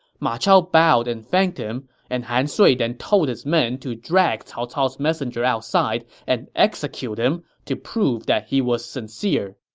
ma chao bowed and thanked him, and han sui told his men to drag cao cao's messenger outside and execute him to prove that he was sincere.